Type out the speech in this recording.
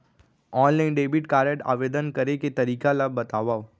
Online debit card आवेदन करे के तरीका ल बतावव?